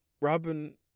robin